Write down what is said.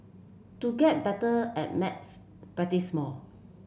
to get better at maths practise more